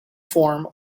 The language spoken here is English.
form